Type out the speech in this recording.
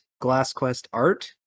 GlassQuestArt